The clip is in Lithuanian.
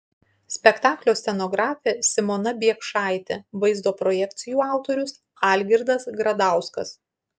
spektaklio scenografė simona biekšaitė vaizdo projekcijų autorius algirdas gradauskas